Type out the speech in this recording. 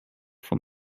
vom